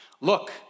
Look